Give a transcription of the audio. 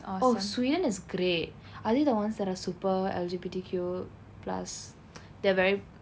oh sweden is great are they the ones that are super L_G_B_T_Q plus they're very